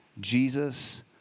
Jesus